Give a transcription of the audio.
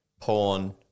porn